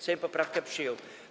Sejm poprawkę przyjął.